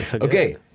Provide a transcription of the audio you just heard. okay